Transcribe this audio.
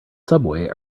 subway